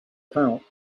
pouch